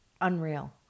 unreal